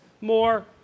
more